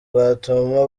bwatuma